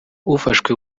ufashwe